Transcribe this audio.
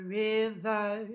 river